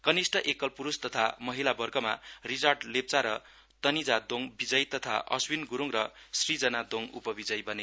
कनिष्ठ एकल पुरुष तथा महिला वर्गमा रिचार्ड लेप्चा र तान्या दोङ विजयी तथा अस्वीन गुरुङ र श्रीजना दोङ उपविजयी बने